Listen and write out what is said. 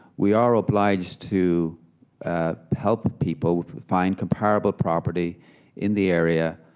we are obliged to help people find comparable property in the area,